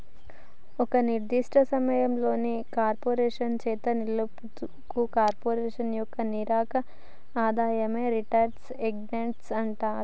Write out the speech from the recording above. ఒక నిర్దిష్ట సమయంలో కార్పొరేషన్ చేత నిలుపుకున్న కార్పొరేషన్ యొక్క నికర ఆదాయమే రిటైన్డ్ ఎర్నింగ్స్ అంటరు